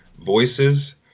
voices